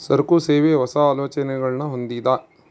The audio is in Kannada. ಸರಕು, ಸೇವೆ, ಹೊಸ, ಆಲೋಚನೆಗುಳ್ನ ಹೊಂದಿದ